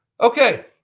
Okay